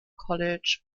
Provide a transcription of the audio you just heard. college